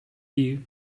you